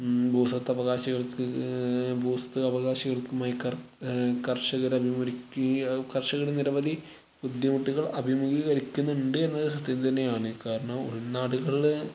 ഭൂസ്വത്തവകാശികൾക്ക് ഭൂസ്വത്തവകാശികൾക്ക് മൈകർ കർഷകർക്ക് കർഷകർ നിരവധി ബുദ്ധിമുട്ടുകൾ അഭിമുഖീകരിക്കുന്നുണ്ട് എന്നത് സത്യം തന്നെയാണ് കാരണം ഉൾനാടുകളിൽ